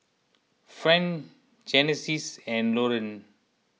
Friend Genesis and Lorean